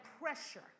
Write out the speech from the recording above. pressure